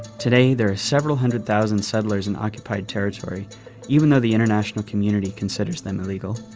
today there are several hundred thousand settlers in occupied territory even though the international community considers them illegal.